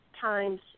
times